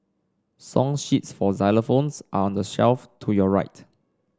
song sheets for xylophones are on the shelf to your right